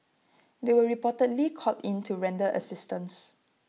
they were reportedly called in to render assistance